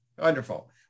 Wonderful